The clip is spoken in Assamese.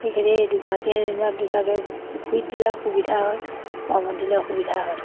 সেইখিনি এই দুভাগে যেনিবা দুটাকে পুখুৰীত দিলে সুবিধা হয় বামত দিলে অসুবিধা হয়